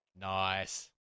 Nice